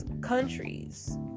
countries